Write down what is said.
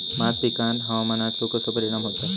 भात पिकांर हवामानाचो कसो परिणाम होता?